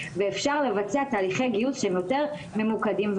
ואפשר לבצע תהליכי גיוס שהם יותר ממוקדים,